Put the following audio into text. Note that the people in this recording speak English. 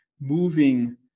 moving